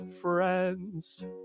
friends